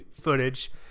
footage